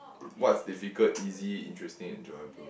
what's difficult easy interesting and enjoyable